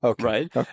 right